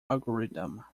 algorithm